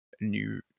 new